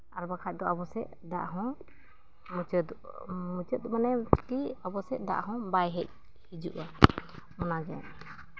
ᱟᱨ ᱵᱟᱠᱷᱟᱱ ᱫᱚ ᱟᱵᱚ ᱥᱮᱫ ᱫᱟᱜ ᱦᱚᱸ ᱢᱩᱪᱟᱹᱫ ᱢᱩᱪᱟᱹᱫ ᱢᱟᱱᱮ ᱠᱤ ᱟᱵᱚ ᱥᱮᱫ ᱫᱟᱜ ᱦᱚᱸ ᱵᱟᱭ ᱦᱮᱡ ᱦᱤᱡᱩᱜᱼᱟ ᱚᱱᱟᱜᱮ